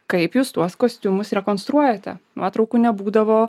kaip jūs tuos kostiumus rekonstruojate nuotraukų nebūdavo